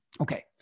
Okay